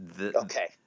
Okay